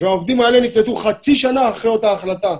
והעובדים האלה נקלטו חצי שנה אחרי אותה החלטה.